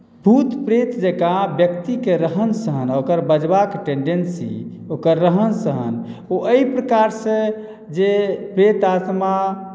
भूत प्रेत जकाँ व्यक्तिके रहन सहन आओर ओकर बजबाक टेंडेंसी ओकर रहन सहन ओ एहि प्रकारसँ जे प्रेत आत्मा